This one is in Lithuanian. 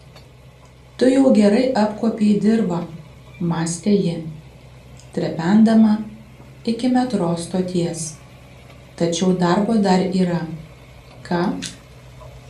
tu jau gerai apkuopei dirvą mąstė ji trependama iki metro stoties tačiau darbo dar yra ką